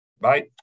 Bye